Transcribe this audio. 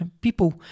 people